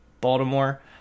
Baltimore